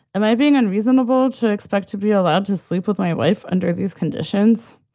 am i being unreasonable to expect to be allowed to sleep with my wife under these conditions?